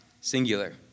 singular